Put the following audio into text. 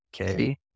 okay